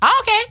okay